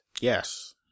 Yes